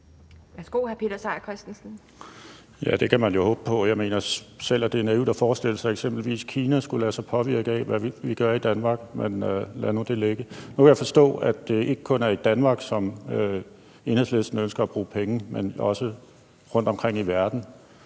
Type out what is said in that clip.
Det kan man jo håbe på. Jeg mener selv, at det er naivt at forestille sig, at eksempelvis Kina skulle lade sig påvirke af, hvad vi gør i Danmark, men lad nu det ligge. Nu kan jeg forstå, at det ikke kun er i Danmark, Enhedslisten ønsker at bruge penge, men også rundtomkring i verden.